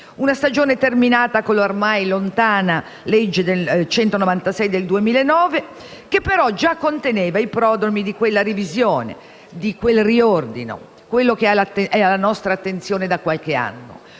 una stagione terminata con la ormai lontana legge n. 196 del 2009, che però già conteneva i prodromi di quella revisione, di quel riordino che è alla nostra attenzione da qualche anno.